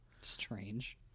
Strange